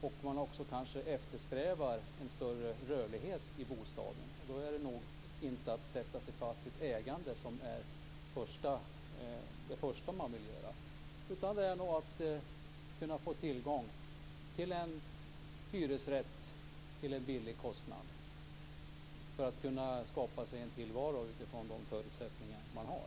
Om man dessutom eftersträvar en större rörlighet vill man nog inte binda upp sig för ett ägande. Man vill nog hellre ha tillgång till hyresrätt till en låg kostnad för att kunna skapa sig en tillvaro utifrån de förutsättningar som man har.